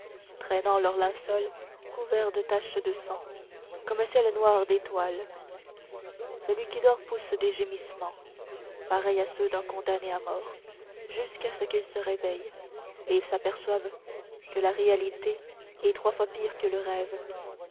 traînant leurs linceuls couverts de taches de sang comme un ciel noir d'étoiles celui qui dort pousse des gémissements pareils à ceux d'un condamné à mort jusqu'à ce qu'il se réveille et s'aperçoive que la réalité est trois fois pire que le rêve